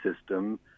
system